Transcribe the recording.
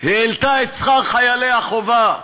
העלתה את שכר חיילי החובה,